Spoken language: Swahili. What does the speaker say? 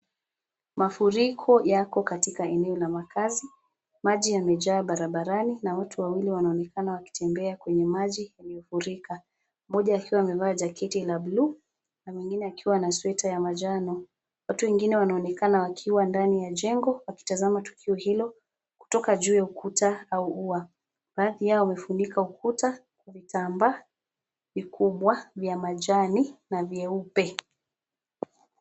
Mafuriko yako katika eneo la makazi, maji yamejaa barabarani na watu wawili wanaonekana wakitembea kwenye maji yaliyofurika. Mmoja akiwa amevaa jaketi la bluu na mwingine akiwa na sweta ya manjano. Watu wengine wanaonekana wakiwa ndani ya jengo wakitazama tukio hilo kutoka juu ya ukuta au ua. Baadhi yao wamefunika ukuta vitambaa vikubwa vya majani na vyeupe.